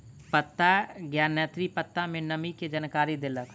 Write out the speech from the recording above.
पत्ता ज्ञानेंद्री पत्ता में नमी के जानकारी देलक